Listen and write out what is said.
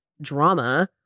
drama